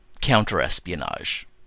counter-espionage